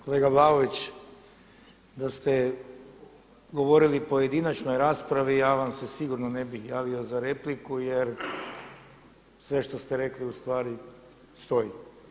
Kolega Vlaović, da ste govorili u pojedinačnoj raspravi ja vam se sigurno ne bih javio za repliku jer sve što ste rekli ustvari stoji.